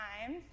times